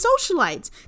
socialites